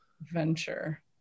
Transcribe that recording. venture